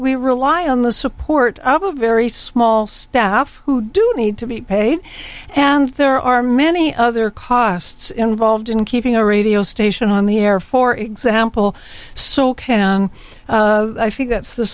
we rely on the support of a very small staff who do need to be paid and there are many other costs involved in keeping a radio station on the air for example so i think that's the